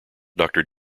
doctor